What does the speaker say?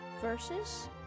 verses